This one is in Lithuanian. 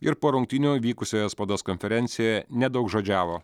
ir po rungtynių vykusioje spaudos konferencijoje nedaugžodžiavo